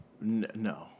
No